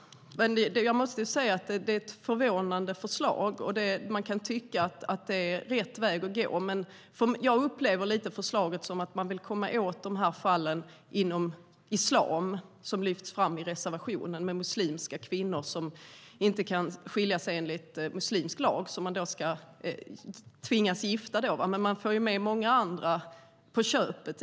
Jag måste säga att det är ett förvånande förslag. Man kan tycka att det är rätt väg att gå, men jag upplever förslaget som att man vill komma åt fallen inom islam som lyfts fram i reservationen. Muslimska kvinnor kan inte skilja sig enligt muslimsk lag, så de tvingas att vara gifta. Men man får ju med många andra på köpet.